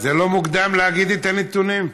זה לא מוקדם להגיד את הנתונים?